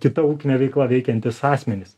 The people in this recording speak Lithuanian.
kita ūkine veikla veikiantys asmenys